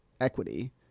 equity